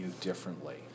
differently